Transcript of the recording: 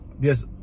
Yes